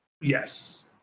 Yes